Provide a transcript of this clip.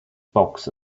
bogs